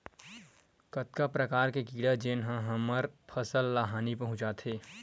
कतका प्रकार के कीड़ा जेन ह हमर फसल ल हानि पहुंचाथे?